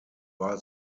war